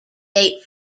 date